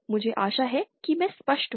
मुझे आशा है कि मैं स्पष्ट हूँ